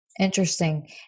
Interesting